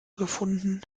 gefunden